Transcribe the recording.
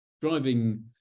driving